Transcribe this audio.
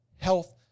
health